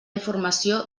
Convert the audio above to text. informació